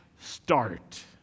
start